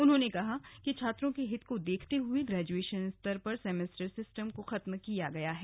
उन्होंने कहा कि छात्रों के हित को देखते हुए ग्रेजुएशन स्तर पर सेमेस्टर सिस्टम को खत्म किया गया है